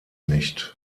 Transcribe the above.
nicht